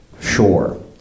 sure